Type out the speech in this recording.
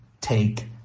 take